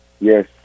Yes